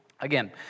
again